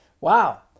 Wow